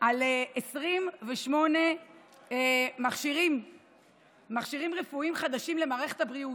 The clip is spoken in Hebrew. על 28 מכשירים רפואיים חדשים למערכת הבריאות,